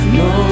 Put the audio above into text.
no